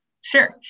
Sure